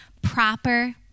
Proper